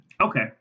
Okay